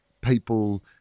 people